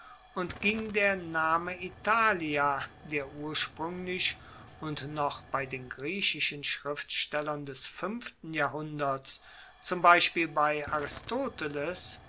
und ging der name italia der urspruenglich und noch bei den griechischen schriftstellern des fuenften jahrhunderts zum beispiel bei aristoteles